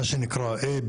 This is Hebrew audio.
מה שנקרא A,